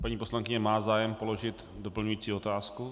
Paní poslankyně má zájem položit doplňující otázku.